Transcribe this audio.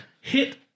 hit